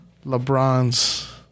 LeBron's